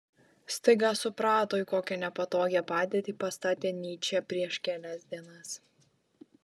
staiga suprato į kokią nepatogią padėtį pastatė nyčę prieš kelias dienas